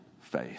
faith